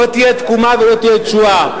לא תהיה תקומה ולא תהיה תשועה.